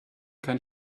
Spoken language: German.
kein